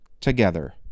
together